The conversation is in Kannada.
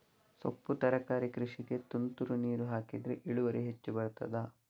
ಸೊಪ್ಪು ತರಕಾರಿ ಕೃಷಿಗೆ ತುಂತುರು ನೀರು ಹಾಕಿದ್ರೆ ಇಳುವರಿ ಹೆಚ್ಚು ಬರ್ತದ?